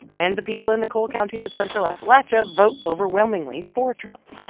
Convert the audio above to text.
and the people in the coal counties of central appalachia vote overwhelmingly for trump.